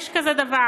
יש כזה דבר.